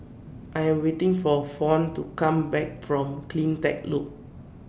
I Am waiting For Fawn to Come Back from CleanTech Loop